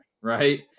right